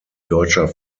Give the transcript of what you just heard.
deutscher